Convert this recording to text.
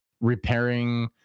repairing